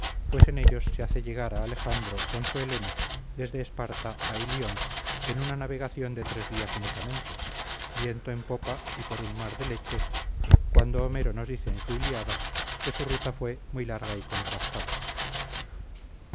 pues en ellos se hace llegar a alejandro con su helena desde esparta a ilión en una navegación de tres días únicamente viento en popa y por un mar de leche cuando homero nos dice en su ilíada que su ruta fue muy larga y contrastada